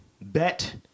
Bet